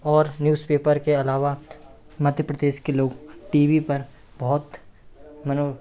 और न्यूजपेपर के अलावा मध्य प्रदेश के लोग टी वी पर बहुत मानो